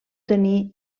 tenir